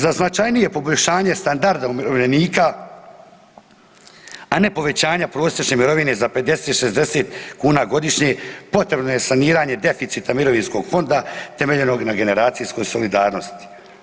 Za značajnije poboljšanje standarda umirovljenika, a ne povećanja prosječne mirovine za 50, 60 kuna godišnje potrebno je saniranje deficita Mirovinskog fonda temeljenog na generacijskoj solidarnosti.